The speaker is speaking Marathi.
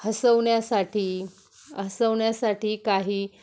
हसवण्यासाठी हसवण्यासाठी काही